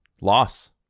loss